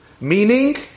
Meaning